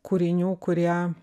kūrinių kurie